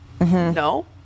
No